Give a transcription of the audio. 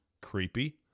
creepy